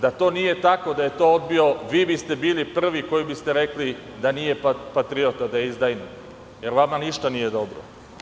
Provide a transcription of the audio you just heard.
Da to nije tako, da je to odbio, vi biste bili prvi koji biste rekli da nije patriota, da je izdajnik, jer vama ništa nije dobro.